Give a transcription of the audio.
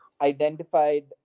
identified